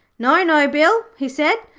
no, no, bill he said,